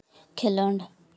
ᱠᱷᱮᱸᱞᱳᱰ